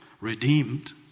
redeemed